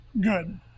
good